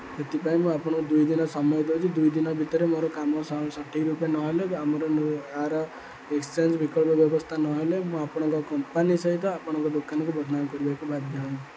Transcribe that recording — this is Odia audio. ସେଥିପାଇଁ ମୁଁ ଆପଣଙ୍କୁ ଦୁଇ ଦିନ ସମୟ ଦେଉଛି ଦୁଇ ଦିନ ଭିତରେ ମୋର କାମ ସଠିକ୍ ରୂପେ ନହେଲେ ଆମର ଆର ଏକ୍ସଚେଞ୍ଜ୍ ବିକଳ୍ପ ବ୍ୟବସ୍ଥା ନହେଲେ ମୁଁ ଆପଣଙ୍କ କମ୍ପାନୀ ସହିତ ଆପଣଙ୍କ ଦୋକାନକୁ ବଦନାମ କରିବାକୁ ବାଧ୍ୟ ହେବି